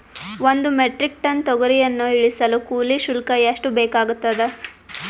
ಒಂದು metric tonne ತೊಗರಿಯನ್ನು ಇಳಿಸಲು ಕೂಲಿ ಶುಲ್ಕ ಎಷ್ಟು ಬೇಕಾಗತದಾ?